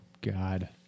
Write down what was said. God